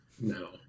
No